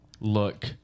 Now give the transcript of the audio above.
look